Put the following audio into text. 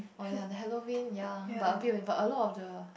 oh ya the Halloween ya but a bit only but a lot of the